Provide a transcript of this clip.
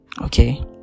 Okay